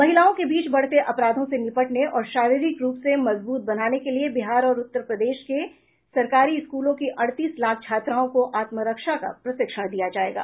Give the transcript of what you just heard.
महिलाओं के बीच बढ़ते अपराधों से निपटने और शाारीरिक रूप से मजबूत बनाने के लिए बिहार और उत्तर प्रदेश के सरकारी स्कूलों की अड़तीस लाख छात्राओं को आत्मरक्षा का प्रशिक्षण दिया जायेगा